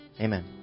Amen